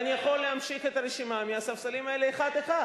ואני יכול להמשיך את הרשימה מהספסלים האלה אחד-אחד.